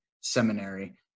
Seminary